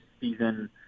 season